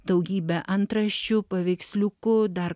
daugybė antraščių paveiksliukų dar